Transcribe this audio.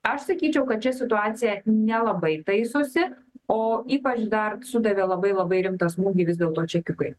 aš sakyčiau kad čia situacija nelabai taisosi o ypač dar sudavė labai labai rimtą smūgį vis dėlto čekiukai